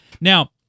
Now